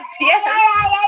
yes